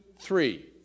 three